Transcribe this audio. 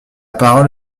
parole